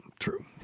True